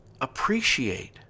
appreciate